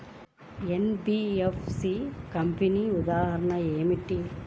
NBFC కంపెనీల ఉదాహరణ ఏమిటి?